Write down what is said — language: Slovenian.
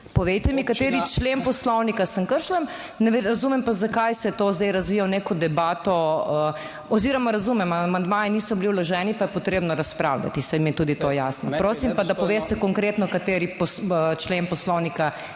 Povejte mi, kateri člen Poslovnika sem kršila. Razumem pa, zakaj se je to zdaj razvija v neko debato oziroma razumem; amandmaji niso bili vloženi pa je potrebno razpravljati, saj mi je tudi to jasno. Prosim pa, da poveste konkretno, kateri člen Poslovnika